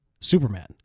Superman